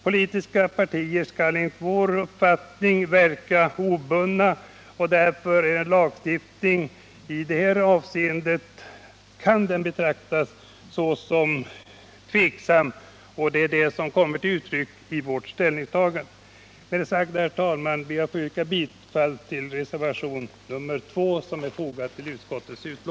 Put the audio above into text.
Politiska partier skall enligt vår uppfattning verka obundna, och därför kan en lagstiftning på det här området betraktas såsom tvivelaktig, vilket också kommer till uttryck i vårt ställningstagande. Med det sagda, herr talman, ber jag att få yrka bifall till den vid utskottetsbetänkandet fogade reservationen 2.